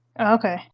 okay